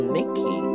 Mickey